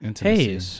hey